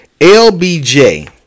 LBJ